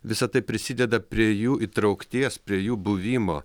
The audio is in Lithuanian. visa tai prisideda prie jų įtraukties prie jų buvimo